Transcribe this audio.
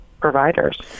providers